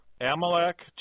Amalek